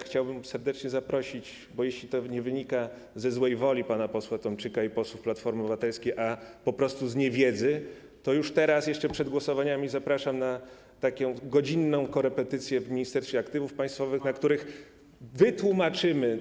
Chciałbym serdecznie zaprosić, bo jeśli to nie wynika ze złej woli pana posła Tomczyka i posłów Platformy Obywatelskiej, ale po prostu z niewiedzy, to już teraz, jeszcze przed głosowaniami zapraszam na takie godzinne korepetycje w Ministerstwie Aktywów Państwowych, na których wytłumaczymy.